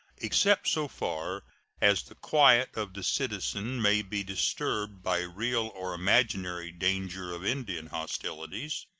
except so far as the quiet of the citizen may be disturbed by real or imaginary danger of indian hostilities.